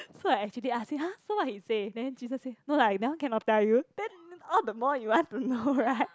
so I actually ask !huh! so what he say then jun sheng say no lah that one cannot tell you then all the more you want to know right